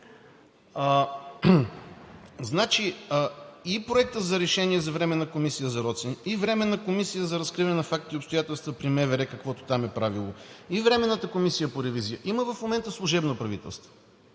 искаме. И проектът за решение за временна комисия за „Росенец“, и временна комисия за разкриване на факти и обстоятелства при МВР, каквото там е правило, и временната комисия по ревизия – има в момента служебно правителство.